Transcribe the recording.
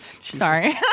Sorry